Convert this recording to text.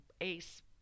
ace